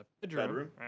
bedroom